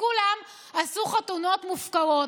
כולם עשו חתונות מופקרות.